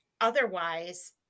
otherwise